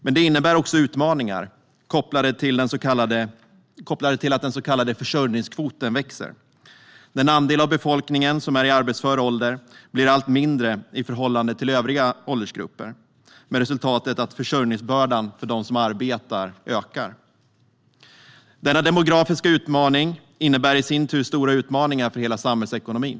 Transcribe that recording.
Men det innebär också utmaningar kopplade till att den så kallade försörjningskvoten växer. Den andel av befolkningen som är i arbetsför ålder blir allt mindre i förhållande till övriga åldersgrupper, med resultatet att försörjningsbördan för dem som arbetar ökar. Denna demografiska utmaning innebär i sin tur stora utmaningar för hela samhällsekonomin.